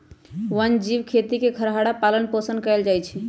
वन जीव खेती में खरहा पालन पोषण कएल जाइ छै